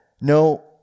no